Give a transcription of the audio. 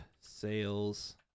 sales